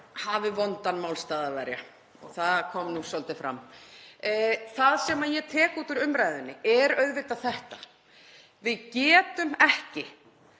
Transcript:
hafi vondan málstað að verja og það kom nú svolítið fram. Það sem ég tek út úr umræðunni er auðvitað þetta: Við getum ekki